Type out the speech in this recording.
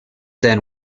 then